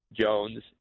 Jones